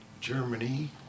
Germany